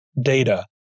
data